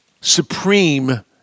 supreme